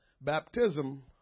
Baptism